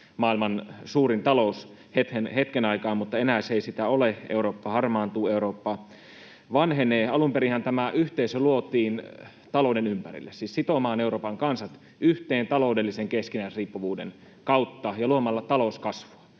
maailman suurin talous hetken aikaa, mutta enää se ei sitä ole. Eurooppa harmaantuu, Eurooppa vanhenee. Alun perinhän tämä yhteisö luotiin talouden ympärille, siis sitomaan Euroopan kansat yhteen taloudellisen keskinäisriippuvuuden kautta ja luomaan talouskasvua.